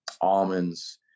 almonds